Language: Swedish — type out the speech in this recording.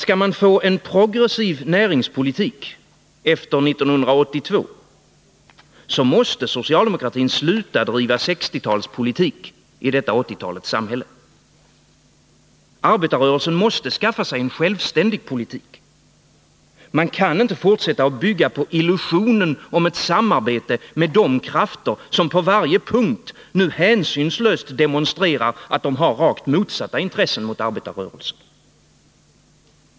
Skall man få en progressiv industripolitik efter 1982, så måste socialdemokratin sluta driva 60-talspolitik i 80-talets samhälle. Arbetarrörelsen måste skaffa sig en självständig politik. Man kan inte fortsätta att bygga på illusionen om ett samarbete med de krafter som på varje punkt nu hänsynslöst demonstrerar att de har rakt motsatta intressen mot arbetarrörelsen.